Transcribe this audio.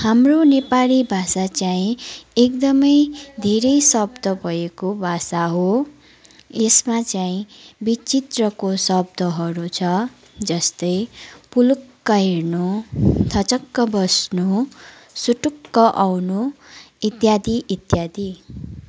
हाम्रो नेपाली भाषा चाहिँ एकदमै धेरै शब्द भएको भाषा हो यसमा चाहिँ विचित्रको शब्दहरू छ जस्तै पुलुक्क हेर्नु थचक्क बस्नु सुटुक्क आउनु इत्यादी इत्यादी